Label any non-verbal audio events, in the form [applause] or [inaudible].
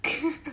[laughs]